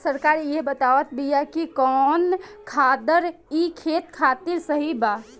सरकार इहे बतावत बिआ कि कवन खादर ई खेत खातिर सही बा